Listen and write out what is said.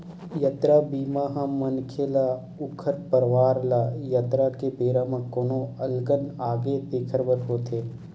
यातरा बीमा ह मनखे ल ऊखर परवार ल यातरा के बेरा म कोनो अलगन आगे तेखर बर होथे